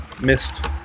Missed